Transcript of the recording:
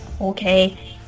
Okay